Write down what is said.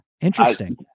interesting